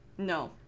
no